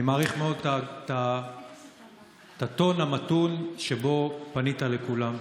אני מעריך מאוד את הטון המתון שבו פנית לכולם,